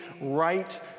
right